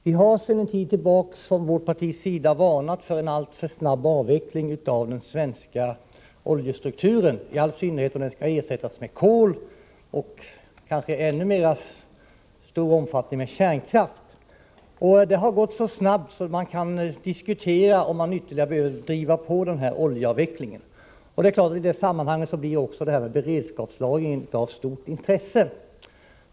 Vi har sedan en tid tillbaka från vpk:s sida varnat för en alltför snabb avveckling av oljan i Sverige, i all synnerhet om den skall ersättas med kol och kanske i ännu större omfattning med kärnkraft. Oljeavvecklingen har gått så snabbt att det kan diskuteras om den bör drivas på ytterligare. Beredskapslagringen blir i detta sammanhang en fråga av stort intresse.